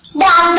da